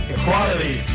equality